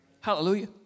Hallelujah